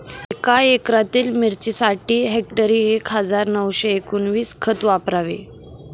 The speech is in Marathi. एका एकरातील मिरचीसाठी हेक्टरी एक हजार नऊशे एकोणवीस खत वापरावे